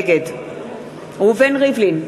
נגד ראובן ריבלין,